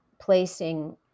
placing